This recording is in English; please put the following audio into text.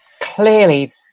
clearly